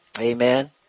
Amen